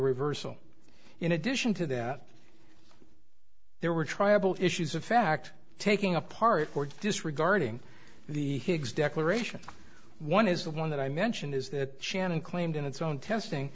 reversal in addition to that there were tribal issues of fact taking apart or disregarding the higgs declarations one is the one that i mention is that shannon claimed in its own testing